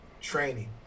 training